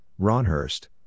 Ronhurst